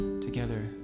together